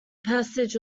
passage